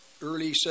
early